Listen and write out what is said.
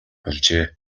болжээ